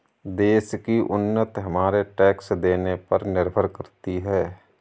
देश की उन्नति हमारे टैक्स देने पर निर्भर करती है